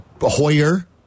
Hoyer